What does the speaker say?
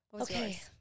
Okay